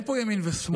אין פה ימין ושמאל,